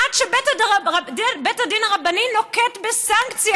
עד שבית הדין הרבני נוקט סנקציה,